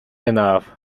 enough